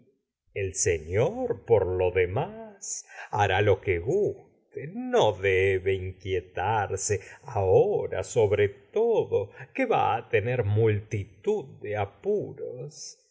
el señor por lo demás hará lo que guste no debe inquietarse ahora sobre todo que va á tener multitud de apuros